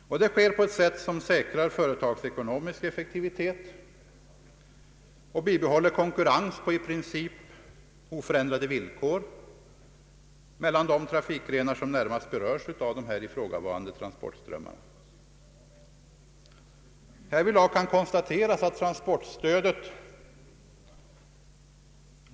Det sker på ett sätt som säkrar företagsekonomisk effektivitet och dessutom bibehåller konkurrens på i princip oförändrade villkor mellan de tra fikgrenar som här närmast berörs av ifrågavarande transportströmmar. Herr Åsling hade åsikten att vi hade glömt bort flyget.